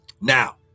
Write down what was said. Now